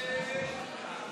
להביע אי-אמון